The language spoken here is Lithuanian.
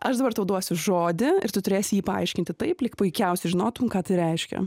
aš dabar tau duosiu žodį ir tu turėsi jį paaiškinti taip lyg puikiausiai žinotum ką tai reiškia